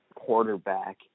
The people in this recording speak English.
quarterback